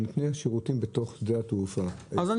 נותני השירותים בתוך שדה התעופה --- כן,